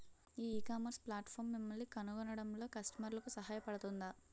ఈ ecommerce platform మిమ్మల్ని కనుగొనడంలో కస్టమర్లకు సహాయపడుతుందా?